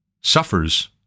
suffers